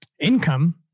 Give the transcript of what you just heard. income